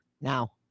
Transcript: Now